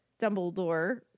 Dumbledore